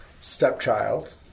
stepchild